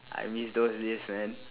I miss those days man